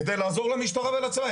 כדי לעזור למשטרה ולצה"ל.